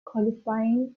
qualifying